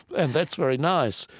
and that's very nice.